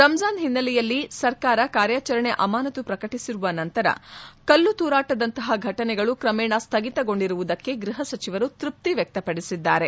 ರಮ್ಲಾನ್ ಹಿನ್ನೆಲೆಯಲ್ಲಿ ಸರ್ಕಾರ ಕಾರ್ಯಾಚರಣೆ ಅಮಾನತು ಪ್ರಕಟಿಸಿರುವ ನಂತರ ಕಲ್ಲೂ ತೂರಾಟದಂತ ಘಟನೆಗಳು ಕ್ರಮೇಣ ಸ್ವಗಿತಗೊಂಡಿರುವುದಕ್ಕೆ ಗೃಹ ಸಚಿವರು ತೃಪ್ತಿ ವ್ಯಕ್ತಪಡಿಸಿದ್ದಾರೆ